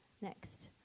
next